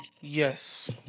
Yes